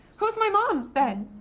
who's my mom then?